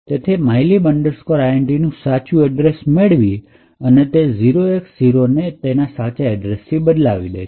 તેથી તે mylib intનું સાચું એડ્રેસ મેળવી અને 0X0 ને એના સાચા એડ્રેસથી બદલીદે છે